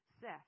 Seth